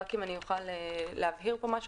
רק אם אוכל להבהיר פה משהו,